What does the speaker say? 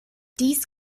dies